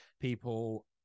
people